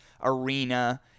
arena